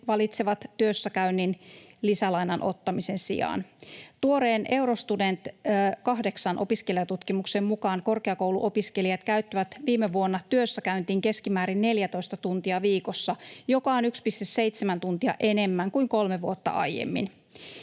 valitsevat työssäkäynnin lisälainan ottamisen sijaan. Tuoreen Eurostudent VIII -opiskelijatutkimuksen mukaan korkeakouluopiskelijat käyttivät viime vuonna työssäkäyntiin keskimäärin 14 tuntia viikossa, joka on 1,7 tuntia enemmän kuin kolme vuotta aiemmin.